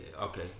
okay